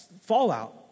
Fallout